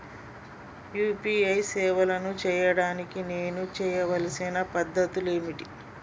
UPI సేవలు చేయడానికి నేను చేయవలసిన పద్ధతులు ఏమిటి?